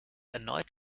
erneut